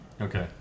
Okay